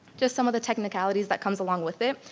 just some of the technicalities that comes along with it,